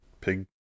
pig